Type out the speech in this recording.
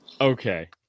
Okay